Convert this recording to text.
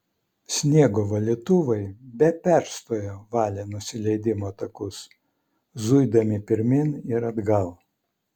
sniego valytuvai be perstojo valė nusileidimo takus zuidami pirmyn ir atgal